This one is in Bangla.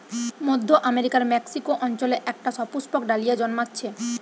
মধ্য আমেরিকার মেক্সিকো অঞ্চলে একটা সুপুষ্পক ডালিয়া জন্মাচ্ছে